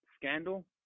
Scandal